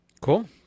Cool